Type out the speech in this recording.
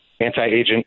anti-agent